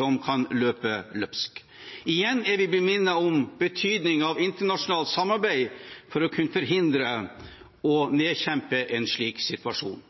som kan løpe løpsk. Igjen er vi blitt minnet om betydningen av internasjonalt samarbeid for å kunne forhindre og nedkjempe en slik situasjon.